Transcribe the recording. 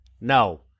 No